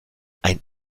ein